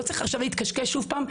לא צריך עכשיו להתקשקש שוב פעם.